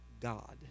God